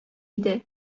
иде